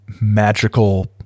magical